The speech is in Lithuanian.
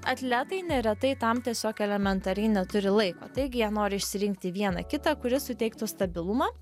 atletai neretai tam tiesiog elementariai neturi laiko taigi jie nori išsirinkti vieną kitą kuris suteiktų stabilumą